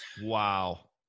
Wow